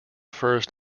first